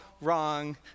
wrong